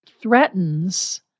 threatens